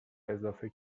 اضافه